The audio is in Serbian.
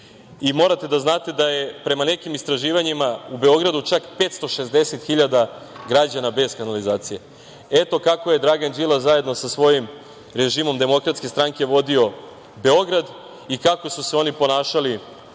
Morate da znate da je prema nekim istraživanjima u Beogradu čak 560 hiljada građana bez kanalizacije. Eto, kako je Dragan Đilas sa svojim režimo DS vodio Beograd i kako su se oni ponašali